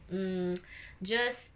mm just